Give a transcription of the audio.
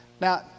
Now